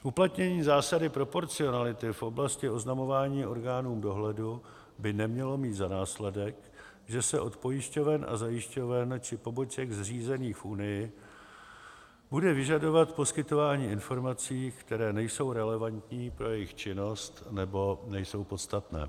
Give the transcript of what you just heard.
Uplatnění zásady proporcionality v oblasti oznamování orgánům dohledu by nemělo mít za následek, že se od pojišťoven a zajišťoven či poboček zřízených v Unii bude vyžadovat poskytování informací, které nejsou relevantní pro jejich činnost nebo nejsou podstatné.